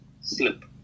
slip